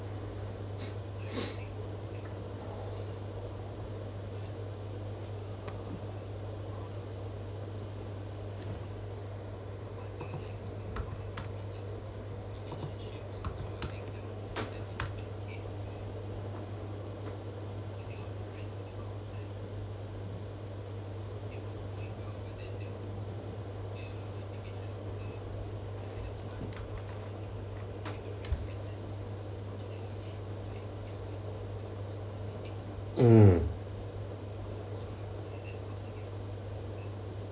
mm